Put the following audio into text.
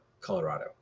Colorado